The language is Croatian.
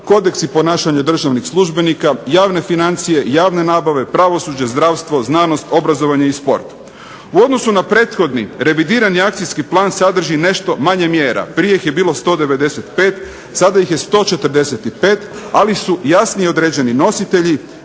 kodeksi ponašanja državnih službenika, javne financije, javne nabave, pravosuđe, zdravstvo, znanost, obrazovanje i sport. U odnosu na prethodni revidirani akcijski plan sadrži nešto manje mjera. Prije ih je bilo 195. Sada ih je 145 ali su jasnije određeni nositelji,